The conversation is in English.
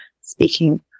speaking